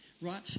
right